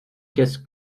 caisse